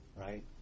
right